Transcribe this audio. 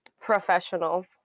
professional